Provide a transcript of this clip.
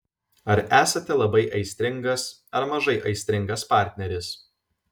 ar esate labai aistringas ar mažai aistringas partneris